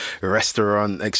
restaurant